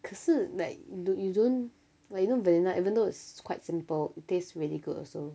可是 like do you don't like you know vanilla even though it's quite simple it tastes really good also